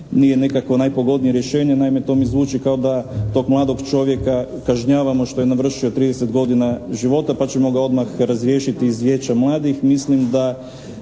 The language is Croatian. nije nekako najpogodnije rješenje. Naime, to mi zvuči kao da tog mladog čovjeka kažnjavamo što je navršio 30 godina života pa ćemo ga odmah razriješiti iz vijeća mladih.